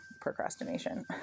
procrastination